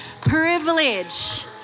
privilege